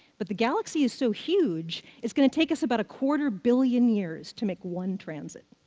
but the galaxy is so huge, it's going to take us about a quarter billion years to make one transit.